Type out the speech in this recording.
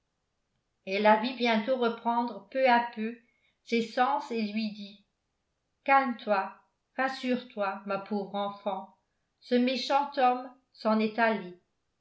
elle la vit bientôt reprendre peu à peu ses sens et lui dit calme-toi rassure-toi ma pauvre enfant ce méchant homme s'en est allé